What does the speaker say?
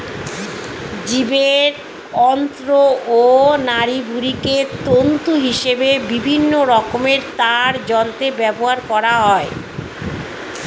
জীবের অন্ত্র ও নাড়িভুঁড়িকে তন্তু হিসেবে বিভিন্ন রকমের তারযন্ত্রে ব্যবহার করা হয়